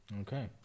Okay